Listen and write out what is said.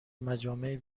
مجامع